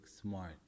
smart